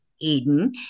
Eden